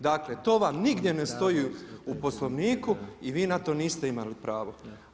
Dakle, to vam nigdje ne stoji u Poslovniku i vi na to niste imali pravo.